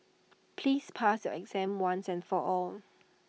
please pass your exam once and for all